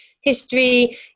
history